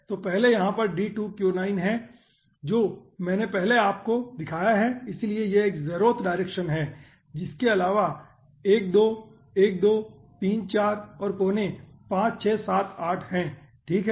तो पहले यहाँ पर D2Q9 है जो मैंने पहले ही आपको दिखाया है इसलिए यह एक ज़ेरोथ डायरेक्शन है इसके अलावा 12 1 2 3 4 और कोने 5 6 7 और 8 हैं ठीक है